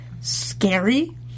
scary